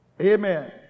Amen